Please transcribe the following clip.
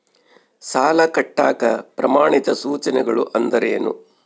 ಸಾಲ ಕಟ್ಟಾಕ ಪ್ರಮಾಣಿತ ಸೂಚನೆಗಳು ಅಂದರೇನು?